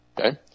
Okay